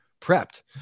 prepped